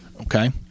okay